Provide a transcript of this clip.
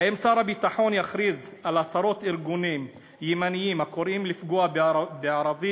האם שר הביטחון יכריז על עשרות ארגונים ימניים הקוראים לפגוע בערבים?